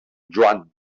joan